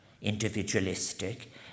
individualistic